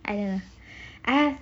I don't know ah